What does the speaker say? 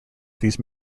these